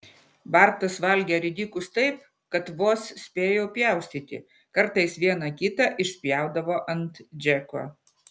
bartas valgė ridikus taip kad vos spėjau pjaustyti kartais vieną kitą išspjaudavo ant džeko